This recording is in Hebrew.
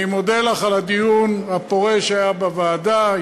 אני מודה לך על הדיון הפורה שהיה בוועדה,